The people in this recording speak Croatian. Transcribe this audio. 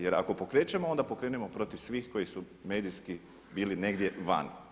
Jer ako pokrećemo onda pokrenemo protiv svih koji su medijski bili negdje vani.